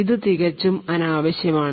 ഇത് തികച്ചും അനാവശ്യമാണ്